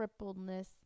crippledness